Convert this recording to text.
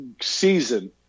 season